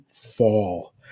fall